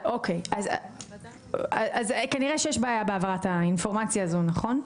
אז כנראה יש בעיה בהעברת האינפורמציה הזאת, נכון?